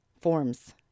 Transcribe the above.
forms